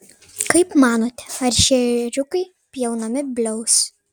kaip manote ar šie ėriukai pjaunami bliaus